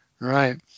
Right